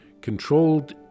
Controlled